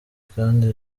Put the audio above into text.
kandi